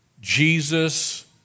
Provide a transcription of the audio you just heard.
Jesus